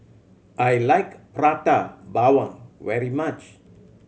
I like Prata Bawang very much